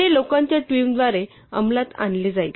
हे लोकांच्या टीमद्वारे अंमलात आणले जाईल